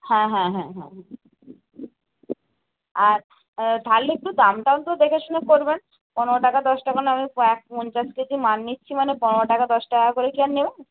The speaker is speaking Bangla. হ্যাঁ হ্যাঁ হ্যাঁ হ্যাঁ আর তাহলে একটু দামটাও তো দেখেশুনে করবেন পনেরো টাকা দশ টাকা না আমি পঞ্চাশ কেজির মাল নিচ্ছি মানে পনেরো টাকা দশ টাকা করে কি আর নেবেন